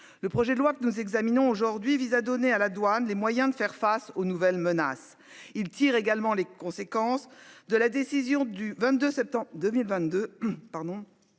Le projet de loi que nous examinons aujourd'hui vise à donner à la douane, les moyens de faire face aux nouvelles menaces il tire également les conséquences de la décision du 22 septembre 2022.